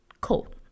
Cool